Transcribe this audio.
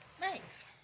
Nice